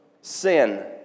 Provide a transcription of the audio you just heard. sin